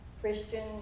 Christian